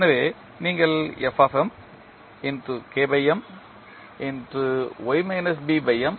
எனவே நீங்கள் fM